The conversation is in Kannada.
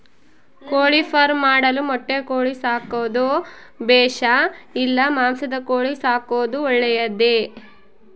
ಕೋಳಿಫಾರ್ಮ್ ಮಾಡಲು ಮೊಟ್ಟೆ ಕೋಳಿ ಸಾಕೋದು ಬೇಷಾ ಇಲ್ಲ ಮಾಂಸದ ಕೋಳಿ ಸಾಕೋದು ಒಳ್ಳೆಯದೇ?